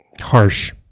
Harsh